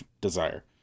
desire